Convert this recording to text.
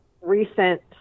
recent